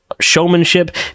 showmanship